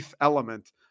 element